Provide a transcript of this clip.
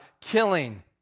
killing